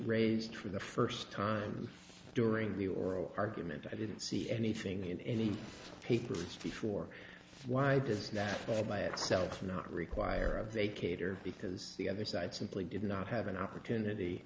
raised for the first time during the oral argument i didn't see anything in the papers before why does that play by itself cannot require a vacate or because the other side simply did not have an opportunity